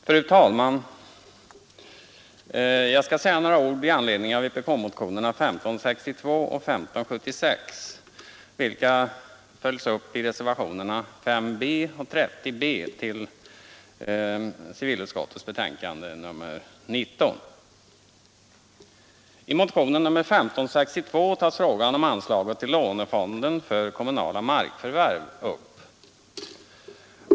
Fru talman! Jag skall säga några ord i anledning av vpk-motionerna 1562 och 1576, vilka följts upp i reservationerna 5 b och 30 b till civilutskottets betänkande nr 19. I motionen 1562 tas frågan om anslaget till Lånefonden för kommunala markförvärv upp.